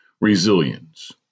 Resilience